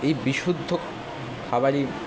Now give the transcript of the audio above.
এই বিশুদ্ধ খাবারই